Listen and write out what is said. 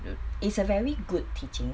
it is a very good teaching